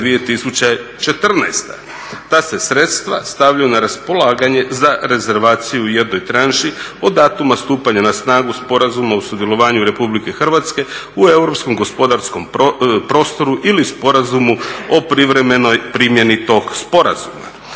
Ta se sredstva stavljaju na raspolaganje za rezervaciju u jednoj tranši od datuma stupanja na snagu sporazuma o sudjelovanju RH u europskom gospodarskom prostoru ili sporazumu o privremenoj primjeni tog sporazuma.